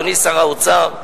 אדוני שר האוצר,